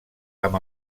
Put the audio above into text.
amb